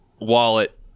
wallet